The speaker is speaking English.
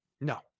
No